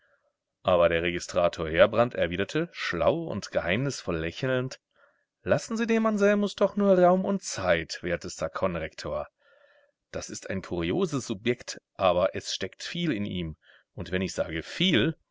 aber der registrator heerbrand erwiderte schlau und geheimnisvoll lächelnd lassen sie dem anselmus doch nur raum und zeit wertester konrektor das ist ein kurioses subjekt aber es steckt viel in ihm und wenn ich sage viel